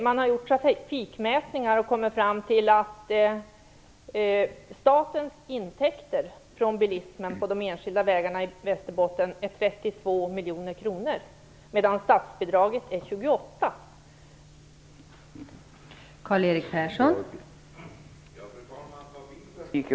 Man har gjort trafikmätningar och kommit fram till att statens intäkter från bilismen för de enskilda vägarna i Västerbotten är 32 miljoner kronor medan statsbidraget är 28 miljoner kronor.